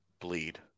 Bleed